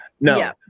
No